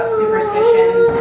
superstitions